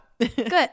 Good